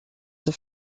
the